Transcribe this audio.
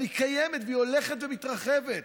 אבל היא קיימת והולכת ומתרחבת,